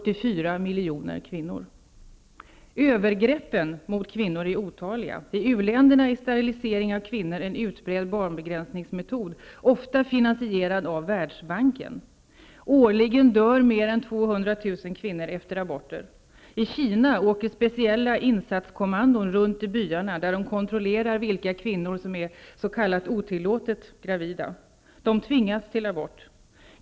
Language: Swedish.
I Övergreppen mot kvinnor är otaliga. I u-länderna är sterilisering av kvinnor en utbredd barnbegränsningsmetod, ofta finansierad av Världsbanken. Årligen dör mer än 200 000 kvinnor efter aborter. I Kina åker speciella insatskommandon runt i byarna, där de kontrollerar vilka kvinnor som är s.k. otillåtet gravida. De tvingas till abort.